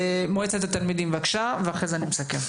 מועצת התלמידים בבקשה ואחרי זה אני מסכם.